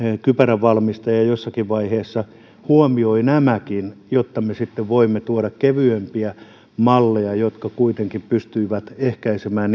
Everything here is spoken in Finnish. kypäränvalmistaja jossakin vaiheessa huomioi nämäkin jotta me sitten voimme tuoda kevyempiä malleja jotka kuitenkin pystyvät ehkäisemään